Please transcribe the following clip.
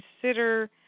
consider